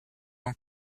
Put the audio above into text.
ans